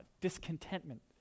discontentment